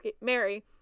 Mary